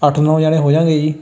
ਅੱਠ ਨੌਂ ਜਾਣੇ ਹੋ ਜਾਂਗੇ ਜੀ